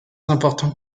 important